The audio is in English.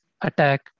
attack